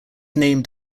named